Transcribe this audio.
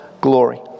glory